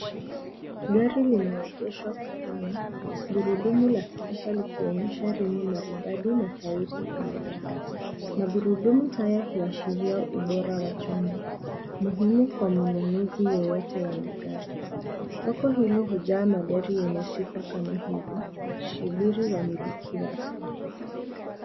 Gari limeegeshwa sokoni. Gurudumu la kisasa likionyesha rimu maridadi na tairi imara. Magurudumu haya huashiria ubora wa chombo muhimu kwa mnunuzi yeyote wa magari. Soko hili hujaa magari yenye sifa kama hizi yakisubiri wamiliki wapya.